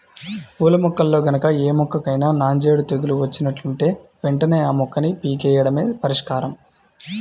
పూల మొక్కల్లో గనక ఏ మొక్కకైనా నాంజేడు తెగులు వచ్చినట్లుంటే వెంటనే ఆ మొక్కని పీకెయ్యడమే పరిష్కారం